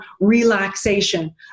relaxation